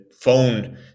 phone